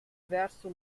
verso